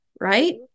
Right